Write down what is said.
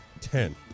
Ten